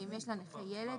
ואם יש לנכה ילד